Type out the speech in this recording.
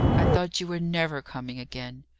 i thought you were never coming again.